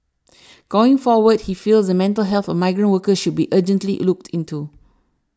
going forward he feels the mental health of migrant workers should be urgently looked into